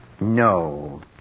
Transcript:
No